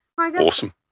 Awesome